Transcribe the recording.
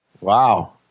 Wow